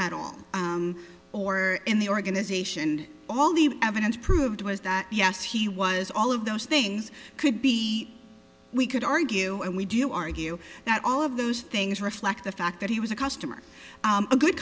operation or in the organization and all the evidence proved was that yes he was all of those things could be we could argue and we do argue that all of those things reflect the fact that he was a customer a good